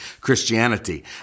Christianity